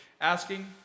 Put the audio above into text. asking